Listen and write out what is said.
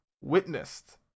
witnessed